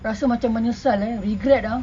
rasa macam menyesal eh regret ah